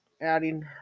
adding